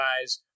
guys